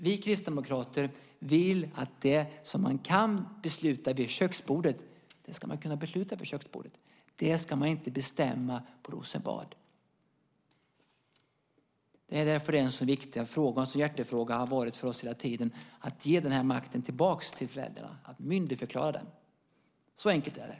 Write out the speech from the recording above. Vi kristdemokrater vill att det som man kan besluta vid köksbordet ska man också kunna besluta vid köksbordet. Det ska man inte bestämma på Rosenbad. Det är därför det är en så viktig fråga, en hjärtefråga, och det har det varit för oss hela tiden, nämligen att ge den här makten tillbaka till föräldrarna och myndigförklara dem. Så enkelt är det!